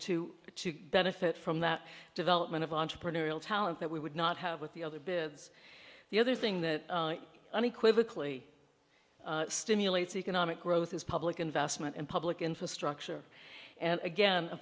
to benefit from that development of entrepreneurial talent that we would not have with the other bit the other thing that unequivocally stimulates economic growth is public investment in public infrastructure and again